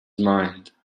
mind